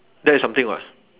that's something [what]